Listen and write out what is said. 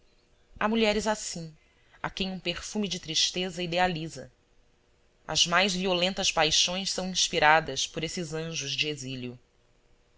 há mulheres assim a quem um perfume de tristeza idealiza as mais violentas paixões são inspiradas por esses anjos de exílio